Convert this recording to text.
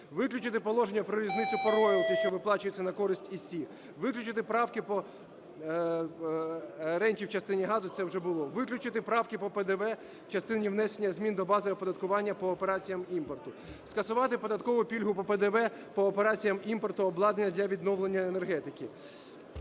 Виключили положення про різницю по рою, те, що виплачується на користь ІСІ. Виключити правки по ренті в частині газу. Це вже було. Виключити правки по ПДВ в частині внесення змін до бази оподаткування по операціях імпорту. Скасувати податкову пільгу по ПДВ по операціях імпорту обладнання для відновлення енергетики.